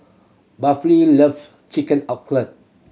love Chicken